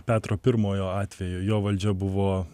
petro pirmojo atveju jo valdžia buvo